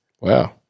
Wow